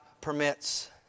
permits